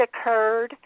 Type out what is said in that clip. occurred